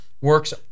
works